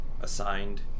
assigned